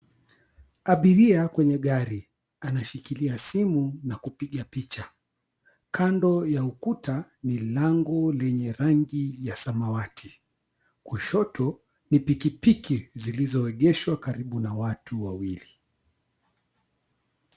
Abiria kwenye gari, anashikilia simu na kupiga picha. Kando ya ukuta ni lango lenye rangi ya samawati, kushoto ni pikipiki zilizoegeshwa karibu na watu wawili.